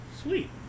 Sweet